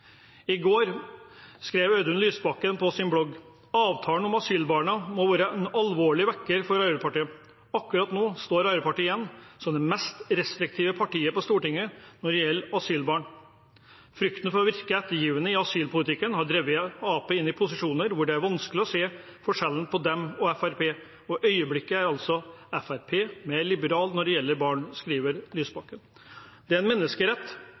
I går skrev Audun Lysbakken på sin blogg: «Avtalen om asylbarna må være en alvorlig vekker for Arbeiderpartiet. Akkurat nå står Ap igjen som det mest restriktive partiet på Stortinget når det gjelder asylbarn. Frykten for å virke ettergivende i asylpolitikken har drevet Ap inn i posisjoner hvor det er vanskelig å se forskjell på dem og Frp, og i øyeblikket er altså Frp mer liberal når det gjelder barn.» Det er en menneskerett